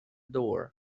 door